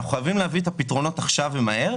אנחנו חייבים להביא את הפתרונות עכשיו ומהר.